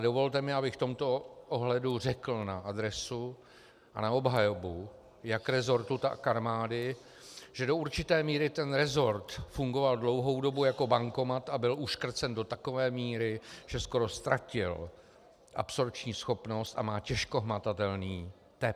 Dovolte mi, abych v tomto ohledu řekl na adresu a na obhajobu jak resortu, tak armády, že do určité míry tento resort fungoval dlouhou dobu jako bankomat a byl uškrcen do takové míry, že skoro ztratil absorpční schopnost a má těžko hmatatelný tep.